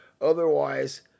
otherwise